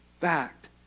fact